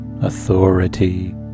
authority